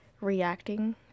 reacting